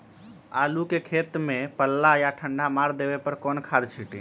आलू के खेत में पल्ला या ठंडा मार देवे पर कौन खाद छींटी?